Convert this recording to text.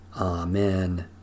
Amen